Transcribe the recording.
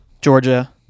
Georgia